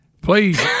Please